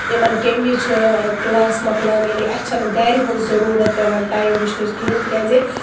یٕمن کمہِ وِزِ چھِ کلاس مۄکلان یعنے اسہِ چھنہٕ گرِ ہنٛز ضرورت پٮ۪وان ٹایِم وِچھنچ کہیٖنۍ تِکیازِ